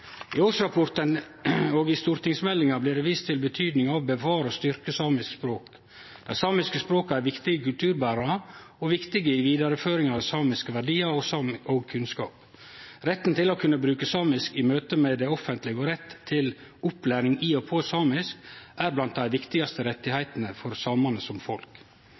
i årsrapporten og i stortingsmeldinga blir det vist til betydinga av å bevare og styrkje dei samiske språka. Dei samiske språka er viktige kulturberarar og viktige i vidareføringa av samiske verdiar og kunnskap. Retten til å kunne bruke samisk i møte med det offentlege og retten til opplæring i og på samisk er blant dei viktigaste rettane for samane som folk.